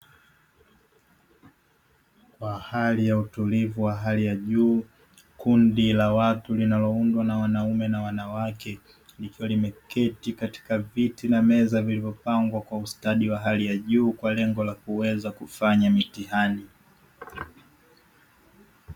Kwa hali ya utulivu wa hali ya juu, kundi la watu linaloundwa na wanaume na wanawake, likiwa limeketi katika viti na meza vilivyopangwa kwa ustadi wa hali ya juu, kwa lengo la kuwza kufanya mitihani.